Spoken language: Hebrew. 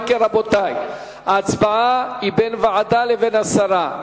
אם כן, רבותי, ההצבעה היא בין ועדה לבין הסרה.